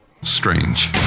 Strange